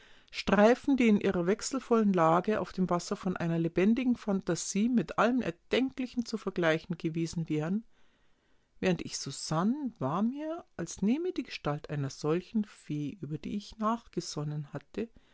streifen die in ihrer wechselvollen lage auf dem wasser von einer lebendigen phantasie mit allem erdenklichen zu vergleichen gewesen wären während ich so sann war mir als nehme die gestalt einer solchen fee über die ich nachgesonnen hatte